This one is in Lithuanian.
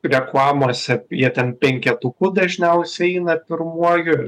reklamose jie ten penketuku dažniausia eina pirmuoju